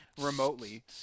remotely